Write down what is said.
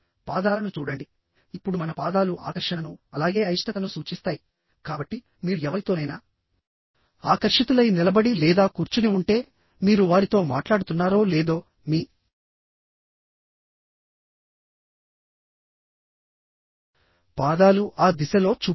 పాదాలను చూడండి ఇప్పుడు మన పాదాలు ఆకర్షణను అలాగే అయిష్టతను సూచిస్తాయి కాబట్టి మీరు ఎవరితోనైనా ఆకర్షితులై నిలబడి లేదా కూర్చుని ఉంటే మీరు వారితో మాట్లాడుతున్నారో లేదో మీ పాదాలు ఆ దిశలో చూపుతాయి